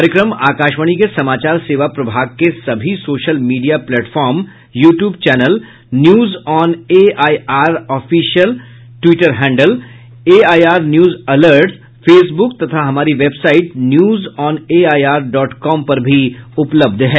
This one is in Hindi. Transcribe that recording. कार्यक्रम आकाशवाणी के समाचार सेवा प्रभाग के सभी social media platform YouTube channel news on A I R official Twitter handle A I R news alerts Facebook तथा हमारी website news on A I R dot com पर भी उपलब्ध है